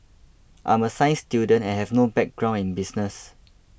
I'm a science student and have no background in business